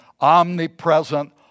omnipresent